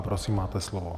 Prosím, máte slovo.